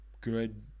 good